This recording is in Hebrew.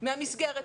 מן המסגרת,